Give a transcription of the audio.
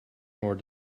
more